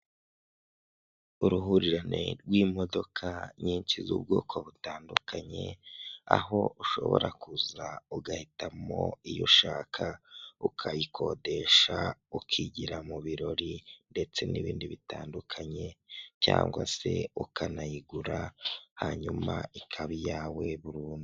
Uruhurirane rw'imodoka nyinshi z'ubwoko butandukanye, aho ushobora kuza ugahitamo iyo ushaka ukayikodesha ukigira mu birori ndetse n'ibindi bitandukanye, cyangwa se ukanayigura hanyuma ikaba iyawe burundu.